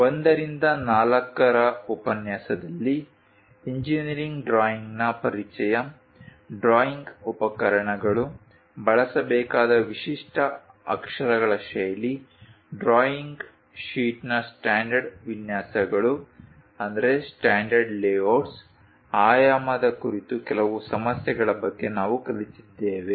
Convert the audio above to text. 1 ರಿಂದ 4 ರ ಉಪನ್ಯಾಸದಲ್ಲಿ ಇಂಜಿನೀರಿಂಗ್ ಡ್ರಾಯಿಂಗ್ನ ಪರಿಚಯ ಡ್ರಾಯಿಂಗ್ ಉಪಕರಣಗಳು ಬಳಸಬೇಕಾದ ವಿಶಿಷ್ಟ ಅಕ್ಷರಗಳ ಶೈಲಿ ಡ್ರಾಯಿಂಗ್ ಶೀಟ್ನ ಸ್ಟ್ಯಾಂಡರ್ಡ್ ವಿನ್ಯಾಸಗಳು ಆಯಾಮದ ಕುರಿತು ಕೆಲವು ಸಮಸ್ಯೆಗಳ ಬಗ್ಗೆ ನಾವು ಕಲಿತಿದ್ದೇವೆ